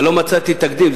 אני לא מצאתי תקדים,